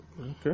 Okay